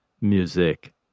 music